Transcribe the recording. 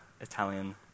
Italian